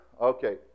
Okay